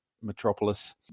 metropolis